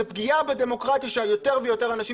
זו פגיעה בדמוקרטיה כאשר יותר ויותר אנשים יותר ויותר